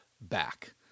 back